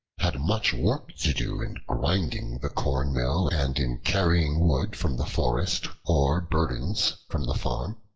had much work to do in grinding the corn-mill and in carrying wood from the forest or burdens from the farm.